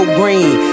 green